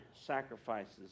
sacrifices